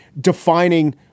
defining